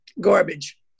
garbage